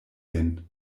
lin